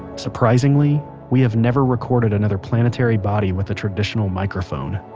surprisingly, we have never recorded another planetary body with a traditional microphone